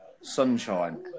sunshine